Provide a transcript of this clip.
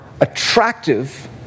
attractive